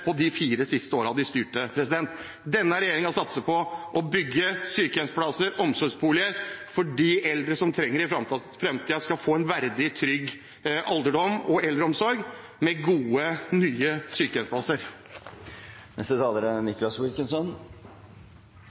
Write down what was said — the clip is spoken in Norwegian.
de fire siste årene man styrte. Denne regjeringen satser på å bygge sykehjemsplasser og omsorgsboliger, for de eldre som trenger det i framtiden, skal få en verdig og trygg alderdom og eldreomsorg, med gode, nye sykehjemsplasser.